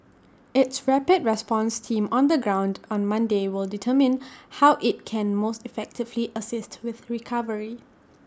its rapid response team on the ground on Monday will determine how IT can most effectively assist with recovery